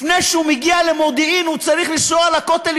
לפני שהוא מגיע למודיעין הוא צריך לנסוע לכותל,